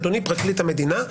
אדוני פרקליט המדינה,